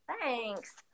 thanks